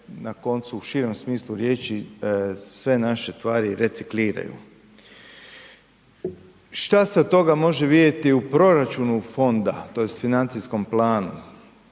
na koncu u širem smislu riječi sve naše stvari recikliraju. Šta se od toga može vidjeti u proračunu fonda tj. financijskom planu?